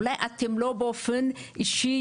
אולי אתם לא באופן אישי,